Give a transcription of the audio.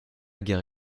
guerre